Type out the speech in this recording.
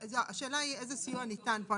השאלה היא איזה סיוע ניתן פה.